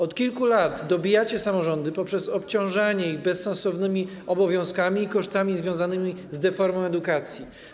Od kilku lat dobijacie samorządy poprzez obciążanie ich bezsensownymi obowiązkami i kosztami związanymi z deformą edukacji.